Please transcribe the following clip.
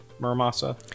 Muramasa